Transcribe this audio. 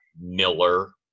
Miller